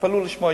ותתפלאו לשמוע,